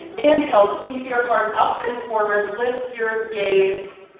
inhale, sweep your heart up and forward, lift your gaze.